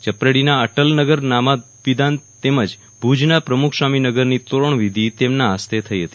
ચપરેડીના અટલ નગર નામાભિદાન તેમજ ભુજના પ્રમુખ સ્વામી નગરની તોરણ વિધી તેમના હસ્તે થઈ હતી